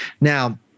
now